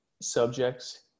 subjects